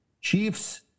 Chiefs